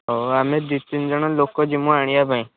ହଉ ଆମେ ଦୁଇ ତିନି ଜଣ ଲୋକ ଯିମୁ ଆଣିବାପାଇଁ